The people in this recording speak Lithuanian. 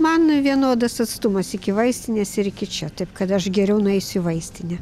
man vienodas atstumas iki vaistinės ir iki čia taip kad aš geriau nueisiu į vaistinę